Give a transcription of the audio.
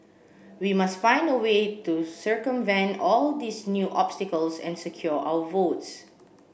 we must find a way to circumvent all these new obstacles and secure our votes